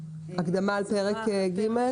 הקדמה לגבי פרק ג'.